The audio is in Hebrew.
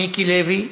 מיקי לוי,